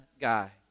guy